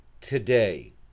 today